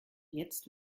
jetzt